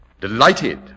Delighted